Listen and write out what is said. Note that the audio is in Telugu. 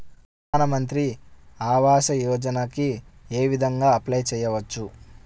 ప్రధాన మంత్రి ఆవాసయోజనకి ఏ విధంగా అప్లే చెయ్యవచ్చు?